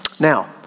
Now